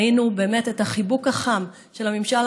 ראינו באמת את החיבוק החם של הממשל